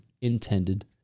intended